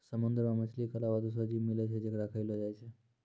समुंदर मे मछली के अलावा दोसरो जीव मिलै छै जेकरा खयलो जाय छै